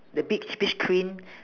the beach beach queen